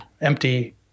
empty